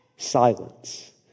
Silence